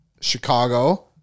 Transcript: Chicago